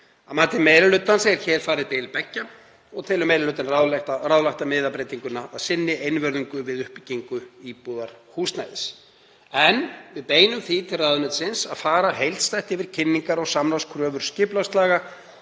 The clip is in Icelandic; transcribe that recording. meiri hlutans er hér farið bil beggja og telur meiri hlutinn ráðlegt að miða breytinguna að sinni einvörðungu við uppbyggingu íbúðarhúsnæðis. En við beinum því til ráðuneytisins að fara heildstætt yfir kynningar og samningskröfur skipulagslaga